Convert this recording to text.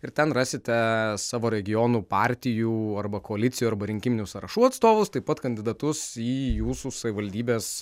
ir ten rasite savo regionų partijų arba koalicijų arba rinkiminių sąrašų atstovus taip pat kandidatus į jūsų savivaldybės